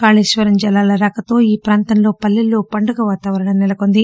కాళేశ్వరం జలాల రాకతో ఈ ప్రాంత పల్లెల్లో పండుగ వాతావరణం సెలకొంది